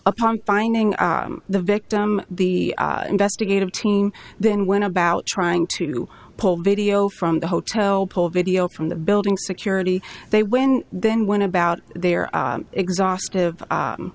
upon finding the victim the investigative team then went about trying to pull video from the hotel pull video from the building security they when then went about their exhaustive